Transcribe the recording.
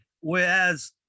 Whereas